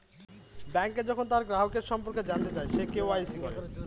bank যখন তার গ্রাহকের সম্পর্কে জানতে চায়, সে কে.ওয়া.ইসি করে